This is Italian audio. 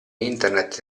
internet